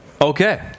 Okay